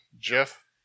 Jeff